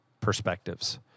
perspectives